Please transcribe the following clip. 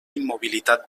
immobilitat